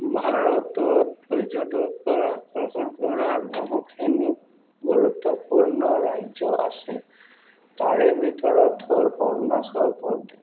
ভাৰতত পৰ্যটকক আকৰ্ষণ কৰা বহুখিনি গুৰুত্বপূৰ্ণ ৰাজ্য আছে তাৰে ভিতৰত হ'ল অৰুণাচল প্ৰদেশ